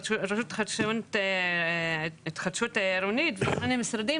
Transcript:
רשות להתחדשות עירונית וכל מיני משרדים.